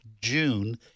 June